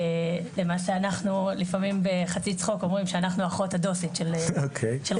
למעשה אנחנו לפעמים בחצי צחוק אומרים שאנחנו האחות הדוסית של חוש"ן.